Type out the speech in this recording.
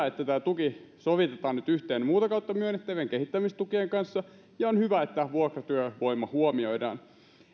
että tämä tuki sovitetaan nyt yhteen muuta kautta myönnettävien kehittämistukien kanssa ja on hyvä että vuokratyövoima huomioidaan